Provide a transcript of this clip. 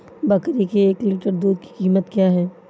बकरी के एक लीटर दूध की कीमत क्या है?